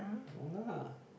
longer lah